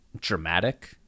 dramatic